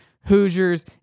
hoosiers